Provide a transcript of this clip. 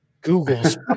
Google's